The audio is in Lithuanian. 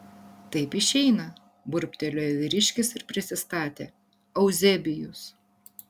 taip išeina burbtelėjo vyriškis ir prisistatė euzebijus